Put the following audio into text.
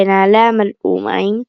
ונעליה מלאו מים,